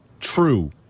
true